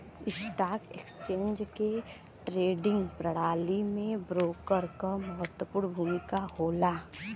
stock exchange के trading प्रणाली में ब्रोकर क महत्वपूर्ण भूमिका होला